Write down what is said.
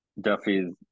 Duffy's